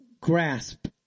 grasp